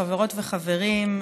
חברות וחברים,